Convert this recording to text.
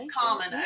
common